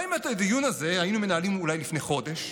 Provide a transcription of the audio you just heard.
מה אם את הדיון הזה היינו מנהלים אולי לפני חודש?